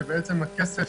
שבה הכסף